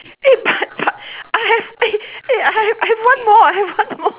eh but but I have eh I have one more I have one more